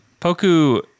Poku